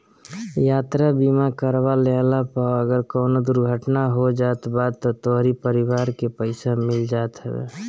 यात्रा बीमा करवा लेहला पअ अगर कवनो दुर्घटना हो जात बा तअ तोहरी परिवार के पईसा मिल जात हवे